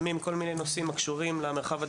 רק לאחרונה ראינו עונשים של 12 שנות מאסר, 14 שנות